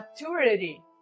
maturity